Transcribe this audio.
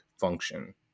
function